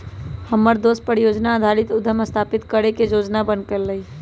हमर दोस परिजोजना आधारित उद्यम स्थापित करे के जोजना बनलकै ह